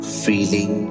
feeling